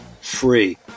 free